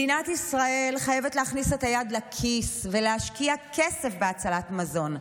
מדינת ישראל חייבת להכניס את היד לכיס ולהשקיע כסף בהצלת מזון.